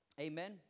amen